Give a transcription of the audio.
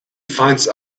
finds